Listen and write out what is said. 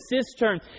cistern